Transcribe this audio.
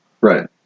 Right